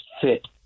fit